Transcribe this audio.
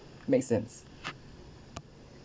makes sense